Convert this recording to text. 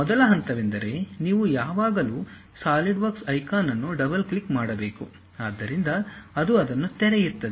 ಮೊದಲ ಹಂತವೆಂದರೆ ನೀವು ಯಾವಾಗಲೂ ಸಾಲಿಡ್ವರ್ಕ್ಸ್ ಐಕಾನ್ ಅನ್ನು ಡಬಲ್ ಕ್ಲಿಕ್ ಮಾಡಬೇಕು ಆದ್ದರಿಂದ ಅದು ಅದನ್ನು ತೆರೆಯುತ್ತದೆ